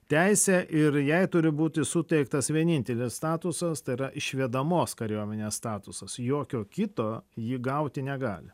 teisę ir jei turi būti suteiktas vienintelis statusas tai yra išvedamos kariuomenės statusas jokio kito ji gauti negali